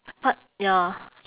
but ya